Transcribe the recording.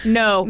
no